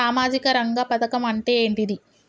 సామాజిక రంగ పథకం అంటే ఏంటిది?